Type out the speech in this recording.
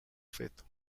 feto